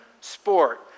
sport